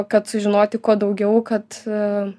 kad sužinoti kuo daugiau kad